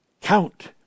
count